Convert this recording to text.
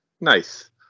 Nice